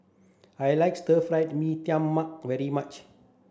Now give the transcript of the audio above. I like Stir Fried Mee Tai Mak very much